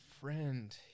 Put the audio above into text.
friend